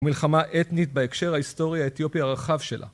מלחמה אתנית בהקשר ההיסטורי האתיופי הרחב שלה.